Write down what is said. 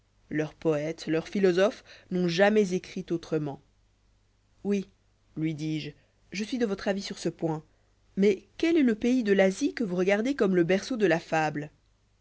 leurs poètes leurs philosophes n'ont jamais écrit autrement oui lui dis-je je suis de votre avis sur ce point mais quel est le pays de l'asie que vous regardez comme le berceau de la fable